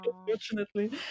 Unfortunately